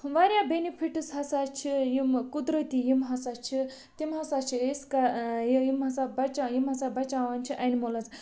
واریاہ بیٚنِفِٹٕس ہَسا چھِ یِم قُدرَتی یِم ہَسا چھِ تِم ہَسا چھِ أسۍ کَر یِم ہَسا بَچا یِم ہَسا بَچاوان چھِ ایٚینمٕلٕز